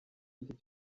iki